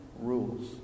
rules